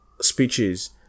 speeches